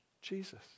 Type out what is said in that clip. Jesus